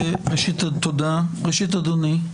אדוני,